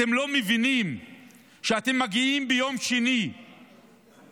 אתם לא מבינים שאתם מגיעים ביום שני לבתי